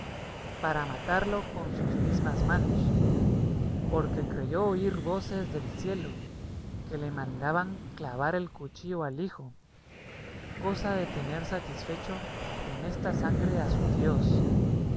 para matarlo con sus mismas manos porque creyó oír voces del cielo que le mandaban clavar el cuchillo al hijo cosa de tener satisfecho con esta sangre a su dios